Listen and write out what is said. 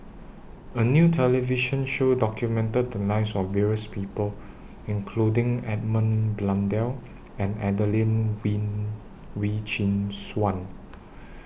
A New television Show documented The Lives of various People including Edmund Blundell and Adelene Wee Chin Suan